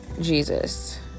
Jesus